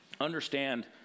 Understand